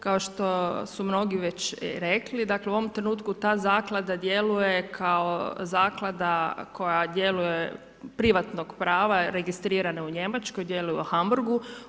Kao što su mnogi već rekli, dakle, u ovom trenutku, ta zaklada djeluje kao zaklada koja djeluje privatnog prava, registrirane u Njemačkoj, djeluje u Hamburgu.